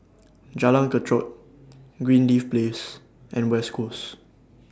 Jalan Kechot Greenleaf Place and West Coast